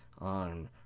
on